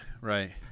Right